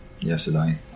yesterday